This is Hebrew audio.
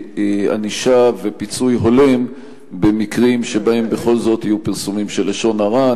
ענישה ופיצוי הולם במקרים שבהם בכל זאת יהיו פרסומים של לשון הרע.